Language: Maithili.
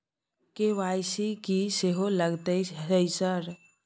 के.वाई.सी की सेहो लगतै है सर?